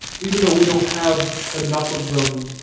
even though we don't have enough of them,